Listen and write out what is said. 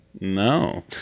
no